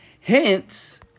Hence